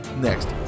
next